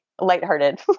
lighthearted